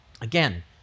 again